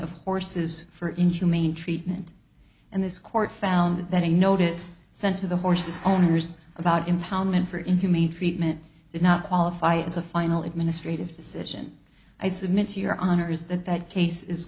of horses for injury main treatment and this court found that a notice sent to the horse's owners about impoundment for inhumane treatment did not qualify as a final administrative decision i submit to your honor's that that case is